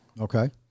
Okay